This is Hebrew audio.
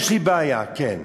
יש לי בעיה, כן.